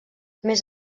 més